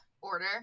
order